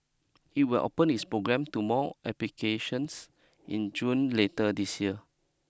it will open its program to more applications in June later this year